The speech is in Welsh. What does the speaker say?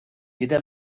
gyda